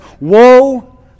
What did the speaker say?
woe